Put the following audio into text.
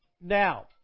Now